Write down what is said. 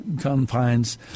confines